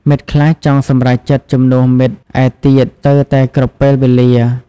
មិត្តខ្លះចង់សម្រេចចិត្តជំនួសមិត្តឯទៀតស្ទើរតែគ្រប់ពេលវេលា។